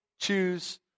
choose